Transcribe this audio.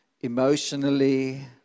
emotionally